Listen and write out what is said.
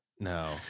No